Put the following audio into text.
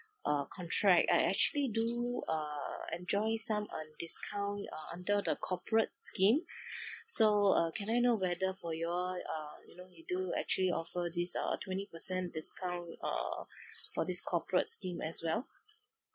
uh contract I actually do uh enjoy some um discount uh under the corporate scheme so uh can I know whether for you all uh you know you do actually offer this uh twenty per cent discount uh for this corporate scheme as well